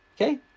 okay